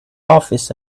office